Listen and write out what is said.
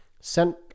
Sent